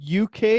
uk